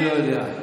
אני לא יודע.